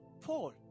Paul